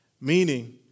meaning